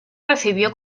recibió